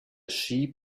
sheep